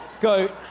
Goat